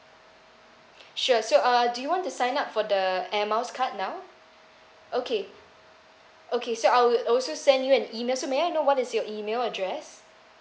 sure so uh do you want to sign up for the air miles card now okay okay so I will also send you an email so may I know what is your email address